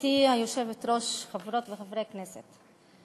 גברתי היושבת-ראש, חברות וחברי כנסת,